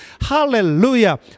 Hallelujah